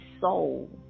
soul